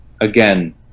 again